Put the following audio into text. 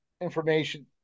information